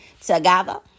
together